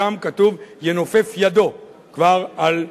משם, כתוב: "ינופף ידו" כבר על ירושלים.